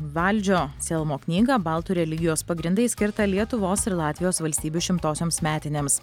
valdžio selmo knygą baltų religijos pagrindai skirtą lietuvos ir latvijos valstybių šimtosioms metinėms